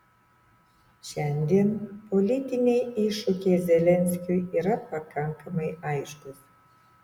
šiandien politiniai iššūkiai zelenskiui yra pakankamai aiškūs